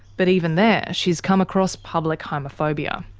but even there, she's come across public homophobia.